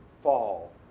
fall